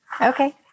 Okay